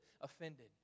offended